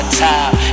time